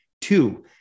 Two